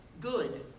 good